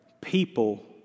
People